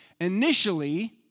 Initially